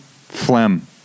Flem